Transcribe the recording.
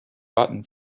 button